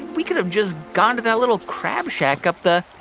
we could've just gone to that little crab shack up the